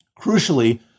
crucially